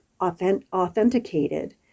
authenticated